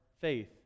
faith